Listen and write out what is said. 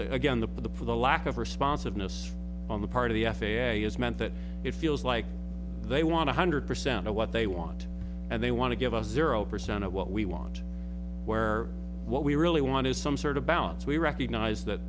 is again the for the lack of responsiveness on the part of the f a a is meant that it feels like they want a hundred percent of what they want and they want to give us a zero percent of what we want where what we really want is some sort of balance we recognize that